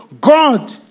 God